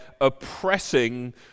oppressing